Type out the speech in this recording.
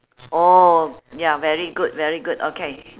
oh ya very good very good okay